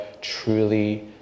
truly